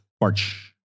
March